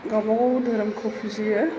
गावबा गाव धोरोमखौ फुजियो